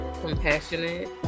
compassionate